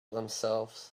themselves